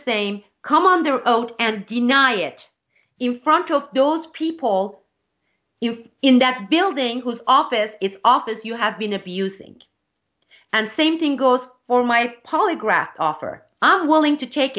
they come under oath and deny it in front of those people you've in that building whose office its office you have been abusing and same thing goes for my polygraph offer i'm willing to take